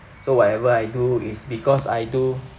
so whatever I do is because I do